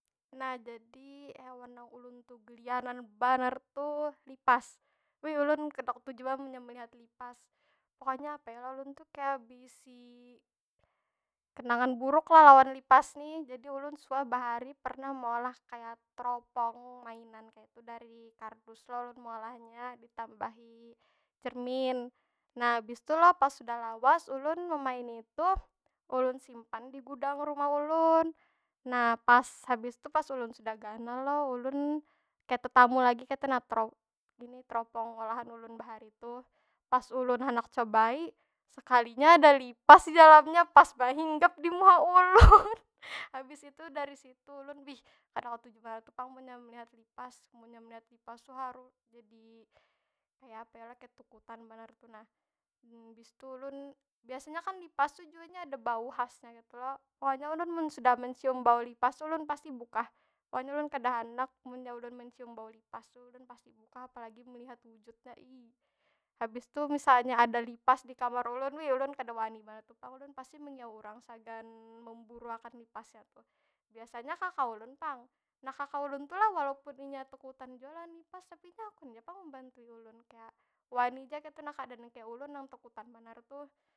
Nah, jadi hewan nang ulun tu gelianan banar tu lipas. Wih ulun kada ketuju banar mun nya melihat lipas. Pokonya, apa yo lah? Ulun tu kaya bisi kenangan buruk lah lawan lipas nih. Jadi ulun suah bahari kaya maolah kaya teropong mainan kaytu dari kardus lo, ulun maolahnya. Ditambahi cermin, nah habis tu lo pas sudah lawas ulun memaini ituh, ulun simpan di gudang rumah ulun. Nah pas, habis tu pas ulun sudah ganal lo ulun kaya tetamu lagi kaytu nah teropong ini- teropong olahan ulun bahari tu. Pas ulun handak cobai sekalinya ada lipas di dalamnya, pas banar hinggap di muha ulun. Habis itu dari situ ulun, wih kada ketuju banar tu pang munnya melihat lipas. Munnya melihat lipas tu harus jadi, kaya pa yo lah, kaya takutan banar tu nah.bis tu ulun, biasanya kan lipas tu jua nya ada bau khas kaytu lo? Soalnya ulun mun sudah mencium bau lipas tu ulun pasti bukah. Soalnya ulun kada handak, munnya ulun mencium bau lipas tu ulun pasti bukah. Apalagi melihat wujudnya, iih. Habis tu misalnya ada lipas di kamar ulun, wih ulun kada wani banar tu pang ulun. Pasti mengiyau urang sagan memburu akan lipasnya tu. Biasanya kaka ulun pang. Nah, kaka ulun tu lah walaupun inya takutan jua lawan lipas, tapi inya hakun ja pang membantui ulun. Kaya wani ja kaytu nah kada nang kaya ulun nang takutan banar tuh.